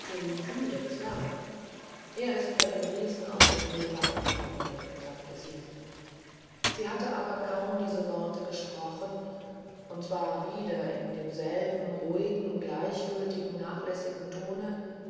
der zwerg er ist bei den riesen auf dem boulevard du temple antwortete sie sie hatte aber kaum diese worte gesprochen und zwar wieder in demselben ruhigen gleichgültigen nachlässigen tone